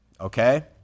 Okay